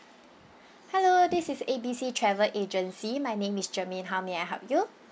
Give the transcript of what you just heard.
hello this is A B C travel agency my name is jermaine how may I help you